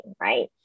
right